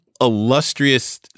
Illustrious